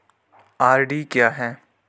RD क्या है?